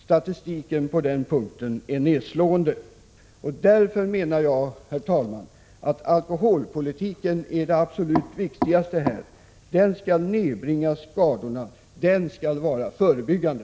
Statistiken är på den punkten nedslående. Därför är alkoholpolitiken det absolut viktigaste. Den skall nedbringa skadorna. Den skall vara förebyggande.